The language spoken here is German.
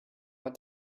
hat